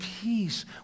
peace